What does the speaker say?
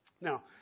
now